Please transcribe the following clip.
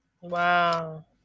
wow